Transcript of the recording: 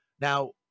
Now-